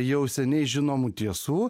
jau seniai žinomų tiesų